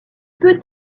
peut